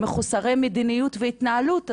מחוסרי מדיניות והתנהלות,